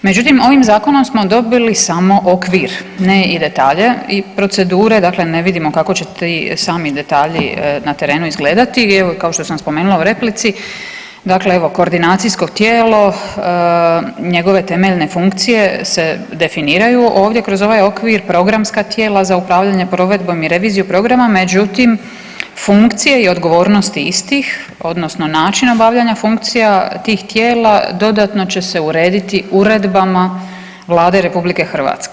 Međutim ovim zakonom smo dobili samo okvir ne i detalje i procedure, dakle ne vidimo kako će ti sami detalji na terenu izgledati i evo kao što sam spomenula u replici, dakle evo koordinacijsko tijelo, njegove temeljne funkcije se definiraju ovdje kroz ovaj okvir, programska tijela za upravljanje provedbom i reviziju programa međutim funkcije i odgovornosti istih odnosno način obavljanja funkcija tih tijela, dodatno će se urediti uredbama Vlade RH.